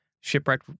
Shipwreck